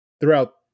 throughout